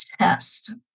test